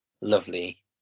lovely